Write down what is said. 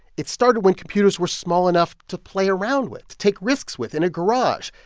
it started when computers were small enough to play around with, to take risks with in a garage.